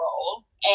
roles